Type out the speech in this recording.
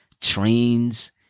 trains